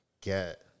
get